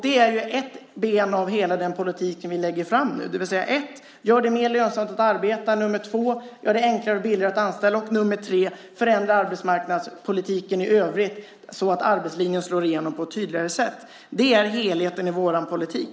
Det är ett ben av den politik som vi nu lägger fram, det vill säga: 1. Gör det mer lönsamt att arbeta. 2. Gör det enklare och billigare att anställa. 3. Förändra arbetsmarknadspolitiken i övrigt, så att arbetslinjen slår igenom på ett tydligare sätt. Det är helheten i vår politik.